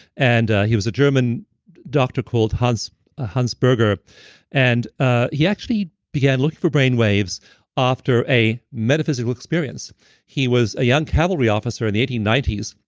and he was a german doctor called hans ah hans berger and ah he actually began looking for brain waves after a metaphysical experience he was a young calvary officer in the eighteen ninety s,